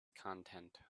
content